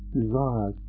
desire